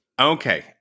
Okay